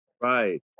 Right